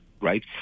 right